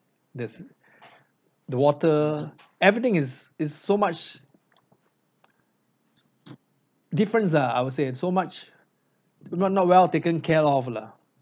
there's the water everything is is so much different ah I would say so much not not well taken care of lah